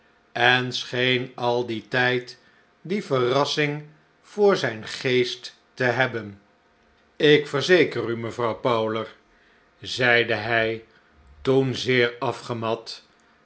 en scheen al dien tijd die verrassing voor zijn geest te hebben a ik verzeker u mevrouw powler zeide hij toen zeer afgemat